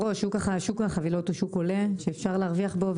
שוק החבילות הוא שוק עולה שאפשר להרוויח בו.